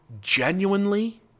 genuinely